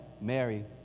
Mary